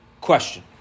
question